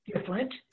different